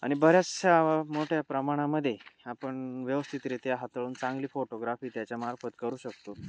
आणि बऱ्याचशा मोठ्या प्रमाणामध्ये आपण व्यवस्थितरित्या हाताळून चांगली फोटोग्राफी त्याच्यामार्फत करू शकतो